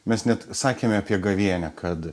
mes net sakėme apie gavėnią kad